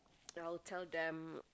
that I will tell them